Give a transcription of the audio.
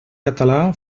català